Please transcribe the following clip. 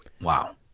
Wow